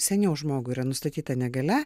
seniau žmogui yra nustatyta negalia